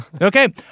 Okay